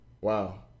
Wow